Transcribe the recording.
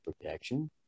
protection